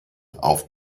auf